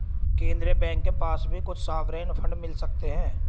केन्द्रीय बैंक के पास भी कुछ सॉवरेन फंड मिल सकते हैं